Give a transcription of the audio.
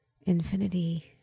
infinity